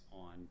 on